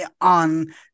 on